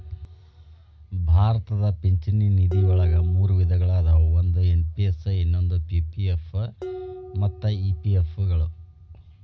ಭಾರತದ ಪಿಂಚಣಿ ನಿಧಿವಳಗ ಮೂರು ವಿಧಗಳ ಅದಾವ ಒಂದು ಎನ್.ಪಿ.ಎಸ್ ಇನ್ನೊಂದು ಪಿ.ಪಿ.ಎಫ್ ಮತ್ತ ಇ.ಪಿ.ಎಫ್ ಗಳು